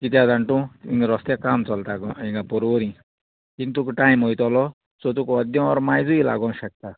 कित्या जाणा तूं हिंगा रोस्त्या काम चलता हिंगा परवरींग थिंगां तुका टायम वोयतोलो सो तुका अद्दें ऑर मायजूय लागो शकता